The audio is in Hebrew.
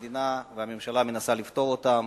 והממשלה מנסה לפתור אותן.